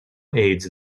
aids